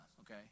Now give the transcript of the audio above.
okay